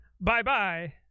Bye-bye